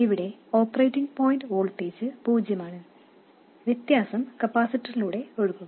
ഇവിടെ operating point voltage പൂജ്യമാണ് വ്യത്യാസം കപ്പാസിറ്ററിലൂടെ പോകും